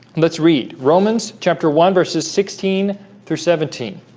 let's read romans chapter one verses sixteen through seventeen